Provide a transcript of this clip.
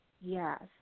yes